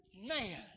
man